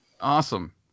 Awesome